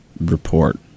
report